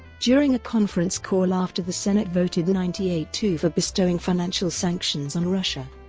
during a conference call after the senate voted ninety eight two for bestowing financial sanctions on russia,